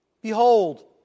Behold